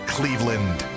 Cleveland